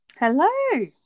hello